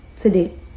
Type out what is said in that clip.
today